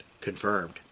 confirmed